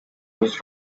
was